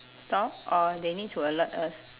stop or they need to alert us